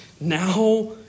now